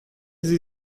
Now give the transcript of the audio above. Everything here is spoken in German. sie